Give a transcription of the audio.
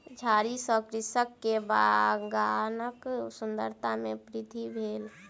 झाड़ी सॅ कृषक के बगानक सुंदरता में वृद्धि भेल